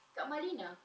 kak malinah